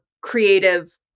creative